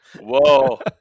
Whoa